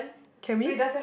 can we